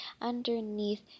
Underneath